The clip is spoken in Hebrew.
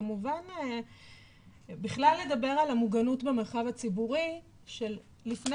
וכמובן בכלל לדבר על המוגנות במרחב הציבורי של לפני